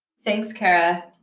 thanks, kara.